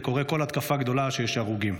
זה קורה כל התקפה גדולה שיש הרוגים,